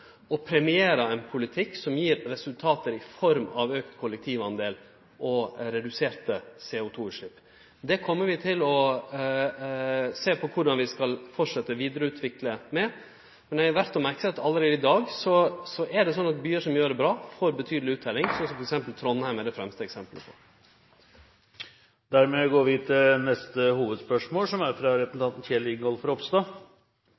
ein politikk som gir resultat i form av meir kollektivtransport og reduserte CO2-utslepp. Det kjem vi til å sjå på korleis vi skal utvikle vidare. Det er verdt å merke seg at allereie i dag er det sånn at byar som gjer det bra, får betydeleg utteljing, noko Trondheim er det fremste eksempelet på. Vi går til neste hovedspørsmål. Miljøvernministeren kan bli stående, for jeg har en annen viktig miljøsak som